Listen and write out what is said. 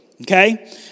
Okay